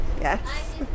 yes